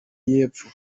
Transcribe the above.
y’epfo